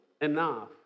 enough